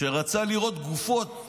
שרצה לראות גופות